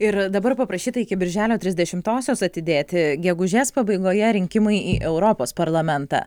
ir dabar paprašyta iki birželio trisdešimtosios atidėti gegužės pabaigoje rinkimai į europos parlamentą